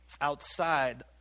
outside